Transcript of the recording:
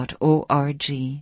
.org